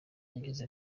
yagize